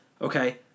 Okay